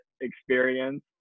experience